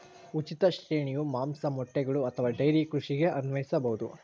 ಉಚಿತ ಶ್ರೇಣಿಯು ಮಾಂಸ, ಮೊಟ್ಟೆಗಳು ಅಥವಾ ಡೈರಿ ಕೃಷಿಗೆ ಅನ್ವಯಿಸಬಹುದು